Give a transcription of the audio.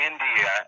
India